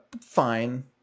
fine